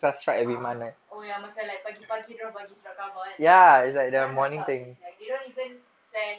a'ah oh ya yang macam like pagi-pagi dia orang bagi surat khabar kan sekarang dah tak seh like they don't even send